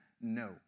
No